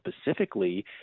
specifically